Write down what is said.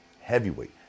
heavyweight